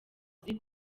ziri